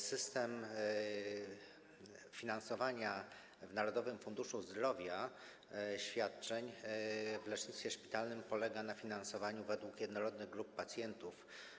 System finansowania w ramach Narodowego Funduszu Zdrowia świadczeń w lecznictwie szpitalnym polega na finansowaniu według jednorodnych grup pacjentów.